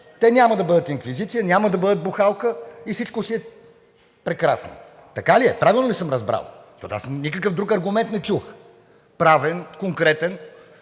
те няма да бъдат инквизиция, няма да бъдат бухалка и всичко си е прекрасно. Така ли е, правилно ли съм разбрал? Защото аз не чух никакъв друг аргумент – правен, конкретен,